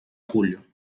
julio